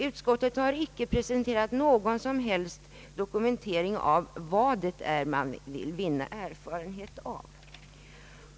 Utskottet har icke presenterat vad det är man vill vinna erfarenhet av.